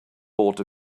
bought